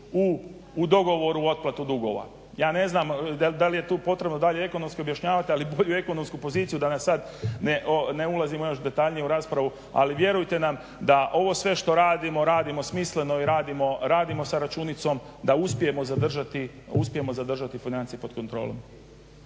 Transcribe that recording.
u dogovoru u otplatu dugova. Ja ne znam da li je tu potrebno dalje ekonomsko objašnjavati, ali bolju ekonomsku poziciju da sad ne ulazimo još detaljnije u raspravu ali vjerujte nam da ovo sve što radimo, radimo smisleno i radimo sa računicom da uspijemo zadržati financije pod kontrolom.